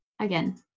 again